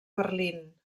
berlín